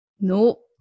Nope